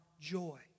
joy